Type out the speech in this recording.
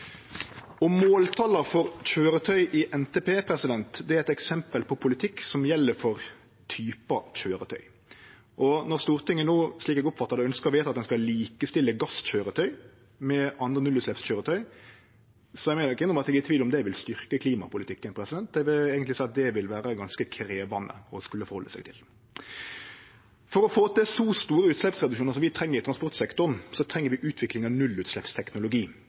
Måltala for køyretøy i NTP er eit eksempel på politikk som gjeld for typar køyretøy. Og når Stortinget no, slik eg oppfattar det, ønskjer å vedta at ein skal likestille gasskøyretøy med andre nullutsleppskøyretøy, må eg nok innrømme at eg er i tvil om det vil styrkje klimapolitikken. Eg vil eigentleg seie at det vil vere ganske krevjande å skulle forhalde seg til. For å få til så store utsleppsreduksjonar som vi treng i transportsektoren, treng vi utvikling av nullutsleppsteknologi,